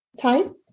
type